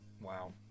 Wow